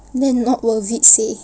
then not worth it seh